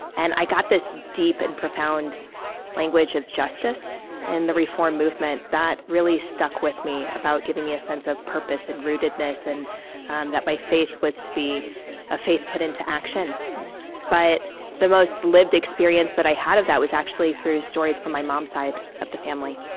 and i got this deep and profound language of justice in the reform movement that really stuck with me, about giving me a sense of purpose and rootedness and um that my faith was to be a faith put into action but the most lived experience that i had of that was actually through stories from my mom's side of the family,